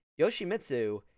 Yoshimitsu